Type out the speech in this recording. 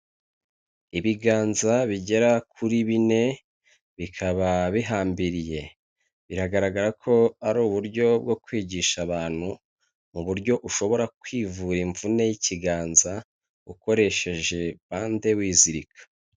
Ibiganza bigera kuri bine bikaba bihambiriye, biragaragara ko ari uburyo bwo kwigisha abantu mu buryo ushobora kwivura imvune y'ikiganza ukoresheje bande wizirika.